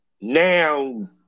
now